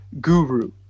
guru